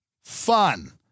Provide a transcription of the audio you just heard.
Fun